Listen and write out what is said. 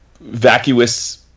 vacuous